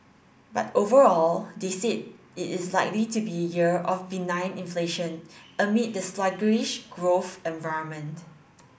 but overall they said it is likely to be a year of benign inflation amid the sluggish growth environment